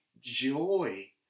joy